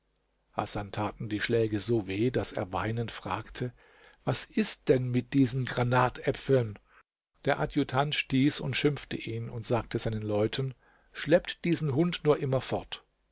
hasan taten die schläge so weh daß er weinend fragte was ist denn mit diesen granatäpfeln der adjutant stieß und schimpfte ihn und sagte seinen leuten schleppt diesen hund nur immer fort